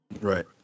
Right